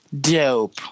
dope